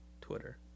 Twitter